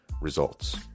results